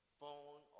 phone